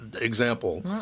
example